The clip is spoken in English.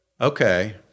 Okay